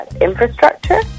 infrastructure